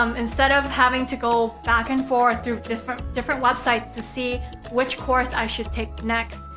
um instead of having to go back and forth through different different websites to see which course i should take next,